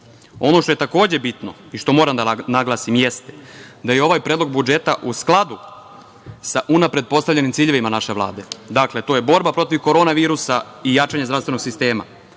što je takođe bitno i što moram da naglasim jeste da je ovaj Predlog budžeta u skladu sa unapred postavljenim ciljevima naše Vlade. Dakle, to je borba protiv korona virusa i jačanje zdravstvenog sistema,